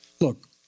Look